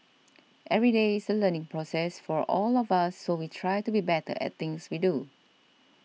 every day is a learning process for all of us so we try to be better at things we do